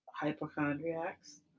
hypochondriacs